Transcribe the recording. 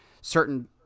certain